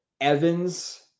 Evans